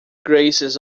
graces